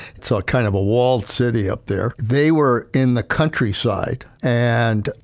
it's ah kind of a walled city up there. they were in the countryside and,